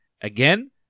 again